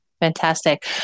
Fantastic